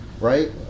Right